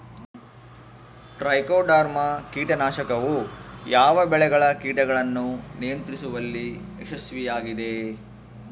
Trichoderma ಕೇಟನಾಶಕವು ಯಾವ ಬೆಳೆಗಳ ಕೇಟಗಳನ್ನು ನಿಯಂತ್ರಿಸುವಲ್ಲಿ ಯಶಸ್ವಿಯಾಗಿದೆ?